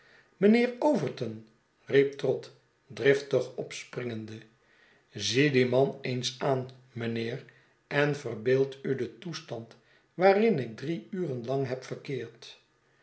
mijnheer overton riep trott driftig opspringende zie dien man eens aan mijnheer en verbeeld u den toestand waarin ik drie uren lang heb verkeerd